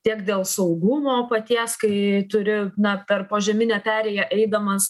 tiek dėl saugumo paties kai turi na per požeminę perėją eidamas